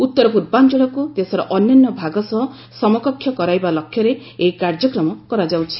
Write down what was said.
ଉତ୍ତର ପୂର୍ବାଞ୍ଚଳକୁ ଦେଶର ଅନ୍ୟାନ୍ୟ ଭାଗ ସହ ସମକକ୍ଷ କରାଇବା ଲକ୍ଷ୍ୟରେ ଏହି କାର୍ଯ୍ୟକ୍ରମ କରାଯାଉଛି